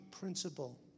principle